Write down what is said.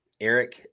Eric